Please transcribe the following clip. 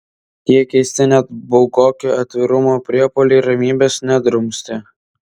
tie keisti net baugoki atvirumo priepuoliai ramybės nedrumstė